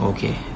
Okay